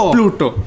Pluto